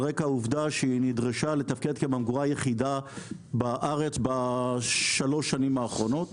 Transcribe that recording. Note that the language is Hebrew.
רקע העובדה שהיא נדרשה לתפקד כממגורה יחידה בארץ בשלוש השנים האחרונות